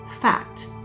fact